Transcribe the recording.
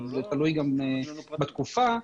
תלוי בתקופה,